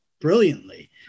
brilliantly